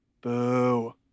boo